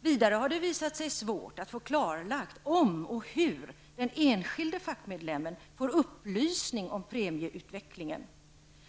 Vidare har det visat sig svårt att få klarlagt om och hur den enskilde fackmedlemmen får upplysning om premieutvecklingen.